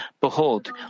Behold